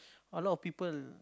a lot of people